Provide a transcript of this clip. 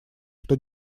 что